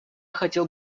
хотел